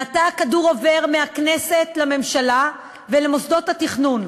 מעתה הכדור עובר מהכנסת לממשלה ולמוסדות התכנון,